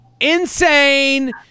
Insane